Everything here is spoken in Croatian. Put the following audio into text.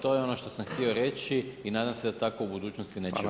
To je ono što sam htio reći i nadam se da tako u budućnosti neće biti.